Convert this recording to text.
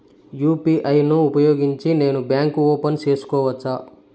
UPI ను ఉపయోగించి నేను బ్యాంకు ఓపెన్ సేసుకోవచ్చా?